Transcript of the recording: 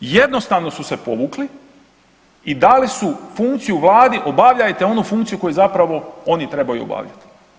Jednostavno su se povukli i dali su funkciju vladi obavljajte onu funkciju koju zapravo oni trebaju obavljati.